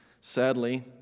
sadly